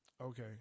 Okay